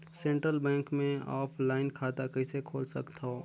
Central bank मे offline खाता कइसे खोल सकथव?